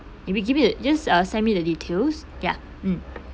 if you give me the just uh send me the details ya mm